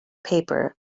paper